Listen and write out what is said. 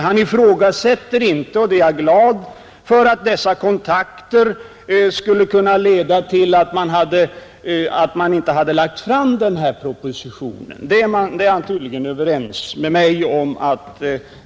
Han ifrågasätter inte — och det är jag glad för — att dessa kontakter skulle ha kunnat leda till att man inte lagt fram denna proposition, Därvidlag är han tydligen överens med mig.